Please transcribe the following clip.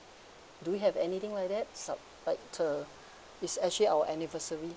do you have anything like that some like uh it's actually our anniversary